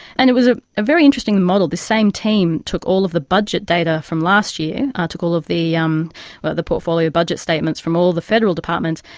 and it was a very interesting model. the same team took all of the budget data from last year, ah took all of the um but the portfolio budget statements from all the federal departments,